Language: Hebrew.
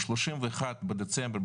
ב-31 בדצמבר,